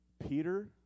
Peter